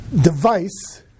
device